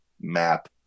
map